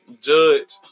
judge